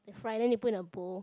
they fry then they put in a bowl